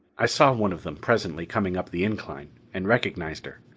i saw one of them presently coming up the incline, and recognized her.